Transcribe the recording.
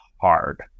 hard